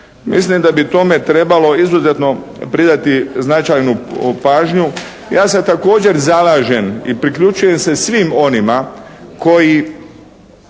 Mislim da bi tome trebalo izuzetno pridati značajnu pažnju. Ja se također zalažem i priključujem se svim onima koji